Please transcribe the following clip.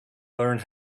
learn